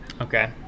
Okay